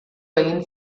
egin